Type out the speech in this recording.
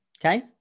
okay